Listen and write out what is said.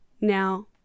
Now